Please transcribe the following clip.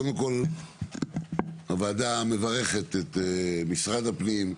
קודם כל, הוועדה מברכת את משרד הפנים,